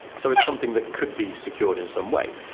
so it's something that could be secured in some way.